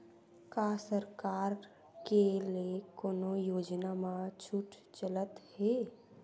का सरकार के ले कोनो योजना म छुट चलत हे?